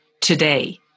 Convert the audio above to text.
today